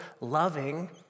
loving